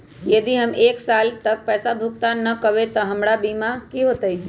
यदि हम एक साल तक पैसा भुगतान न कवै त हमर बीमा के की होतै?